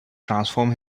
transform